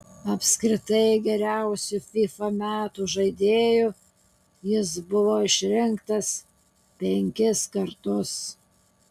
apskritai geriausiu fifa metų žaidėju jis buvo išrinktas penkis kartus